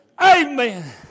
Amen